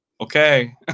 okay